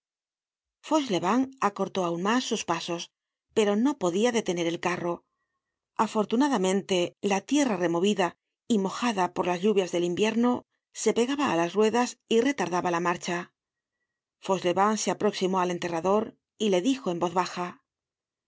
chelevent acortó aun mas sus pasos pero no podia detener el carro afortunadamente la tierra removida y mojada por las lluvias del invierno se pegaba á las ruedas y retardaba la marcha content from google book search generated at fauchelevent se aproximó al enterrador y le dijo en voz baja hay